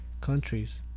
countries